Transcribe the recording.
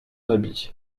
habit